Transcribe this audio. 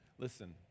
Listen